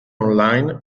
online